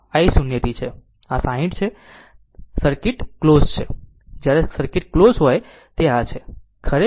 આ 60 છે અને જ્યારે તે સર્કિટ ક્લોઝ હોય છે જ્યારે સર્કિટ ક્લોઝ હોય છે તે આ છે